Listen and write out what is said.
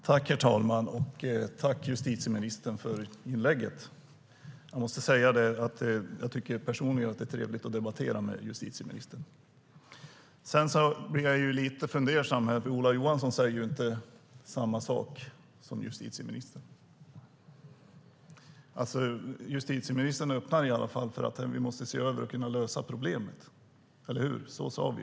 Herr talman! Tack, justitieministern, för inlägget! Jag tycker personligen att det är trevligt att debattera med justitieministern. Men jag blir lite fundersam. Ola Johansson säger inte samma sak som justitieministern. Justitieministern öppnar i alla fall för att se över frågan och lösa problemet, eller hur? Så sade vi.